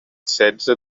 setze